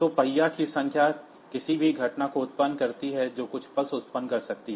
तो पहिया की संख्या किसी भी घटना को उत्पन्न करती है जो कुछ पल्स उत्पन्न कर सकती है